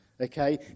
Okay